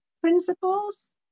principles